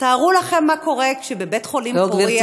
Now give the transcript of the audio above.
תארו לכם מה קורה כשבבית-חולים פוריה,